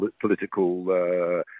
political